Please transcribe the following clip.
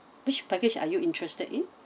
which package are you interested in